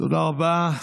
תודה רבה.